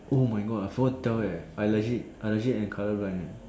oh my God I forgot to tell you leh I legit I legit am colour blind leh